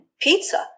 pizza